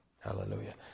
Hallelujah